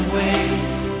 ways